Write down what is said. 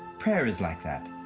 prayer is like that.